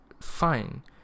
fine